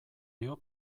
dio